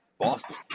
Boston